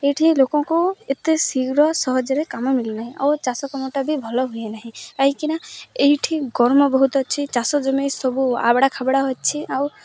ଏଇଠି ଲୋକଙ୍କୁ ଏତେ ଶୀଘ୍ର ସହଜରେ କାମ ମିଳେନାହିଁ ଆଉ ଚାଷ କାମଟା ବି ଭଲ ହୁଏ ନାହିଁ କାହିଁକିନା ଏଇଠି ଗରମ ବହୁତ ଅଛି ଚାଷ ଜମି ସବୁ ଆବଡ଼ା ଖାବଡ଼ା ଅଛି ଆଉ